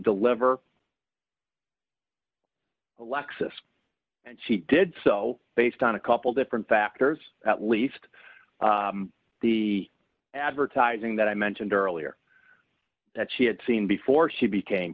deliver alexis and she did so based on a couple different factors at least the advertising that i mentioned earlier that she had seen before she became